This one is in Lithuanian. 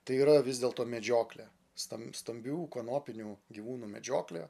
tai yra vis dėl to medžioklę stambių stambių kanopinių gyvūnų medžioklė